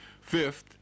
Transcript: Fifth